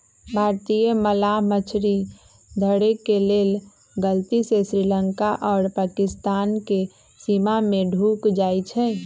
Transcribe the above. भारतीय मलाह मछरी धरे के लेल गलती से श्रीलंका आऽ पाकिस्तानके सीमा में ढुक जाइ छइ